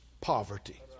poverty